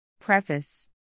Preface